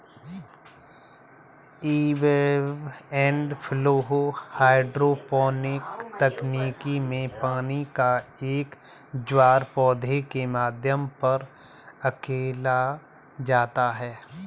ebb and flow hydroponic तकनीक में पानी का एक ज्वार पौधे के माध्यम पर धकेला जाता है